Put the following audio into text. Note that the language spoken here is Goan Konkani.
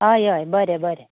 हय हय बरें बरें